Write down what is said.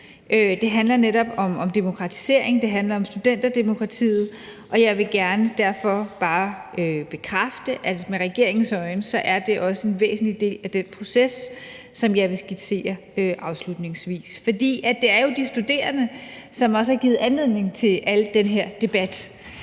Det handler netop om demokratisering, det handler om studenterdemokratiet, og jeg vil gerne derfor bare bekræfte, at set med regeringens øjne er det også en væsentlig del af den proces, som jeg vil skitsere afslutningsvis. For det er jo de studerende, som også har givet anledning til al den her debat,